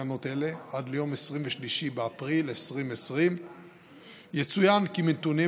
תקנות אלה עד ליום 23 באפריל 2020. יצוין כי מנתונים